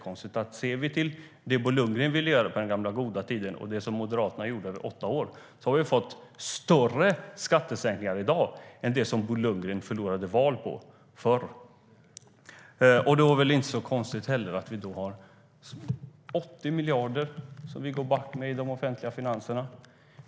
Om vi ser till vad Bo Lundgren ville göra på den gamla goda tiden och det som Moderaterna gjorde under åtta år så har vi fått större skattesänkningar i dag än dem som Bo Lundgren förlorade val på förr. Då är det heller inte så konstigt att vi går back med 80 miljarder i de offentliga finanserna.